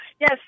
yes